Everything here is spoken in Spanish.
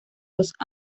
los